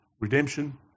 redemption